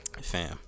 Fam